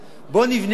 בוא נבנה ארבעה,